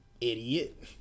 idiot